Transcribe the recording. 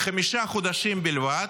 לחמישה חודשים בלבד,